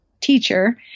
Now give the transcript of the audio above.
teacher